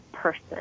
person